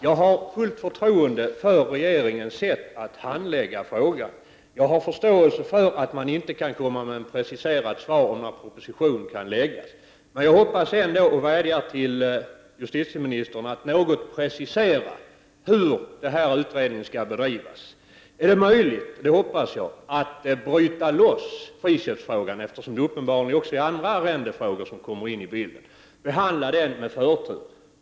Jag har fullt förtroende för regeringen sätt att handlägga frågan. Jag har förståelse för att man inte kan komma med ett preciserat beked om när propositionen kan läggas fram. Men jag hoppas ändå och vädjar till justitieministern att något precisera hur denna utredning skall bedrivas. Är det möjligt — vilket jag hoppas — att bryta loss friköpsfrågan, eftersom det uppenbarligen också är andra arrendefrågor med i bilden, och behandla den med förtur?